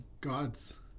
gods